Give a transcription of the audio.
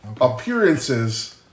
appearances